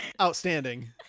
Outstanding